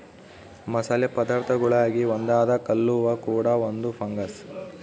ಮಸಾಲೆ ಪದಾರ್ಥಗುಳಾಗ ಒಂದಾದ ಕಲ್ಲುವ್ವ ಕೂಡ ಒಂದು ಫಂಗಸ್